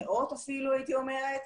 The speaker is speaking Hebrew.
מאות אפילו הייתי אומרת,